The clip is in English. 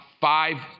five